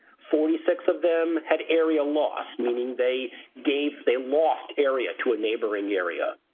forty six of them had area loss meaning they gave they lost area to a neighboring area.